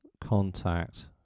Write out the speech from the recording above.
contact